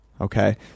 Okay